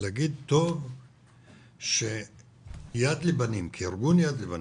להגיד שטוב שיד לבנים כארגון יד לבנים,